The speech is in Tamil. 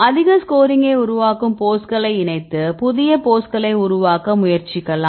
அதிக ஸ்கோரிங்கை உருவாக்கும் போஸ்களை இணைத்து புதிய போஸ்களை உருவாக்க முயற்சிக்கலாம்